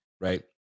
right